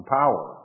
power